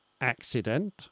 accident